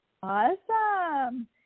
Awesome